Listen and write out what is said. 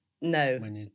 no